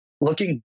looking